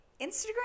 Instagram